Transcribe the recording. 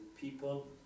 people